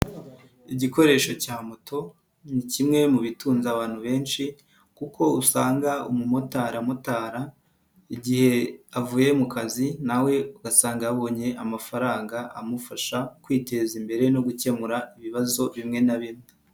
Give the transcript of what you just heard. Igikoresho cya moto ni kimwe mu bitunze abantu benshi kuko usanga umumotari amotara, igihe avuye mu kazi nawe ugasanga yabonye amafaranga amufasha kwiteza imbere no gukemura ibibazo bimwe na bimwe.